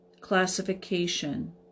classification